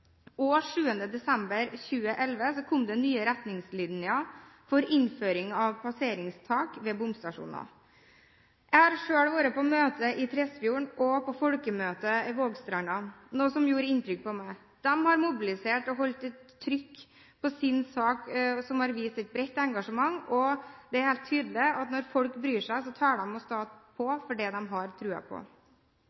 desember 2011 kom nye retningslinjer for innføring av passeringstak ved bomstasjoner. Jeg har selv vært på møte i Tresfjorden og på folkemøte i Vågstranda, noe som gjorde inntrykk på meg. De har mobilisert og holdt et trykk på sin sak. De har vist et bredt engasjement, og det er helt tydelig at når folk bryr seg, så tåler de å stå på